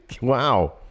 Wow